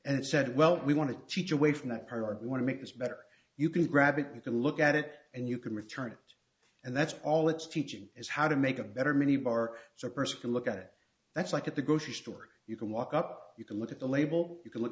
and said well we want to teach away from that part we want to make this better you can grab it you can look at it and you can return it and that's all it's teaching is how to make a better minibar so a person can look at it that's like at the grocery store you can walk up you can look at the label you can look